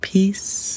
Peace